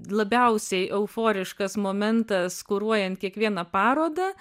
labiausiai euforiškas momentas kuruojant kiekvieną parodą